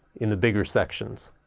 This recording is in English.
in the bigger sections.